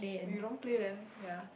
when you don't play then ya